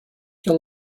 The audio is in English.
can